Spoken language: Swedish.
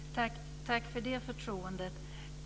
Fru talman! Tack för det förtroendet.